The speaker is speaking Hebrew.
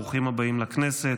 ברוכים הבאים לכנסת.